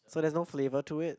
so there's no flavour to it